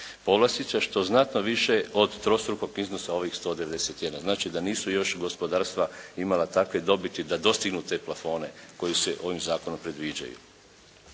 povlastica što znatno više od trostrukog iznosa ovih 191. Znači da nisu još gospodarstva imala takve dobiti da dostignu te plafone koji se ovim zakonom predviđaju.